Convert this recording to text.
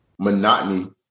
Monotony